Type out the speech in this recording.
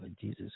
Jesus